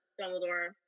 Dumbledore